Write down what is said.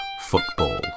football